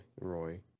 Roy